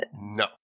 No